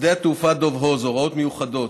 שדה התעופה דוב הוז (הוראות מיוחדות),